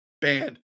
banned